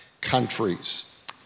countries